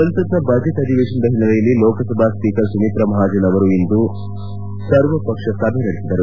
ಸಂಸತ್ತಿನ ಬಜೆಟ್ ಅಧಿವೇಶನದ ಹಿನ್ನೆಲೆಯಲ್ಲಿ ಲೋಕಸಭಾ ಸ್ಪೀಕರ್ ಸುಮಿತ್ರಾ ಮಹಾಜನ್ ಅವರು ಇಂದು ಸಂಜೆ ಸರ್ವಪಕ್ಷ ಸಭೆ ನಡೆಸಿದರು